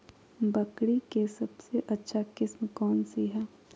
बकरी के सबसे अच्छा किस्म कौन सी है?